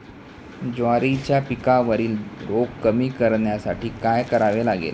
ज्वारीच्या पिकावरील रोग कमी करण्यासाठी काय करावे लागेल?